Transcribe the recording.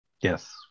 Yes